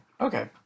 Okay